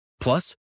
Plus